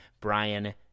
Brian